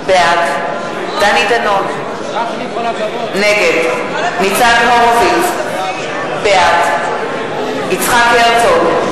בעד דני דנון, נגד ניצן הורוביץ, בעד יצחק הרצוג,